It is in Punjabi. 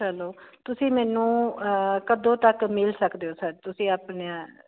ਹੈਲੋ ਤੁਸੀਂ ਮੈਨੂੰ ਕਦੋਂ ਤੱਕ ਮਿਲ ਸਕਦੇ ਹੋ ਸਰ ਤੁਸੀਂ ਆਪਣਾ